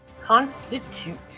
Constitute